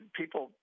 people